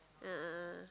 a'ah a'ah